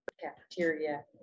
cafeteria